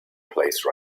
place